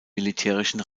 militärischen